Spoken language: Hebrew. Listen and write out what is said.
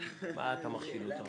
מה אתה מכשיל אותו עכשיו?